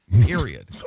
Period